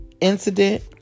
incident